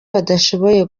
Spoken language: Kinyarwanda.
badashoboye